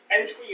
entry